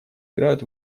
играют